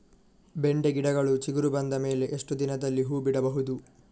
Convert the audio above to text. ಬೆಂಡೆ ಗಿಡಗಳು ಚಿಗುರು ಬಂದ ಮೇಲೆ ಎಷ್ಟು ದಿನದಲ್ಲಿ ಹೂ ಬಿಡಬಹುದು?